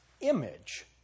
image